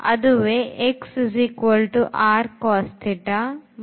ಅದುವೇ ಮತ್ತು